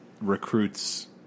recruits